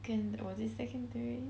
was it secondary